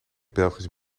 belgisch